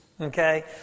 Okay